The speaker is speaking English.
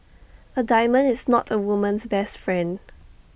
A diamond is not A woman's best friend